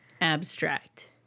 abstract